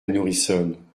nourrissonne